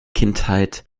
kindheit